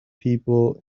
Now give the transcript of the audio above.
people